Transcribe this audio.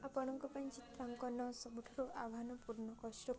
ଆପଣଙ୍କ ପାଇଁ ଚିତ୍ରାଙ୍କନ ସବୁଠାରୁ ଆହ୍ୱାନ ପୂର୍ଣ୍ଣ କଷ୍ଟକର